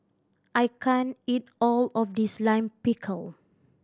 I can't eat all of this Lime Pickle